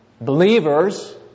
Believers